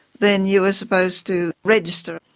then you were supposed to register.